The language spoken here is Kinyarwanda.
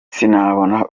sinabona